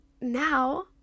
now